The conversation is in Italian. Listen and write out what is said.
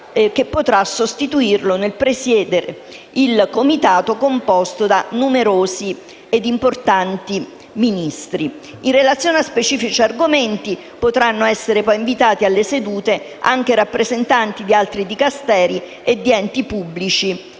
che potrà sostituirlo nel presiedere il Comitato composto da numerosi ed importanti Ministri. In relazione a specifici argomenti, potranno essere invitati alle sedute del Comitato anche rappresentanti di altri Dicasteri e di enti pubblici